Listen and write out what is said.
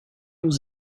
aux